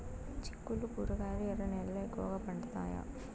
చిక్కుళ్లు కూరగాయలు ఎర్ర నేలల్లో ఎక్కువగా పండుతాయా